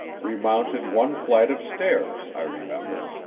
we mounted one flight of stairs, i remember,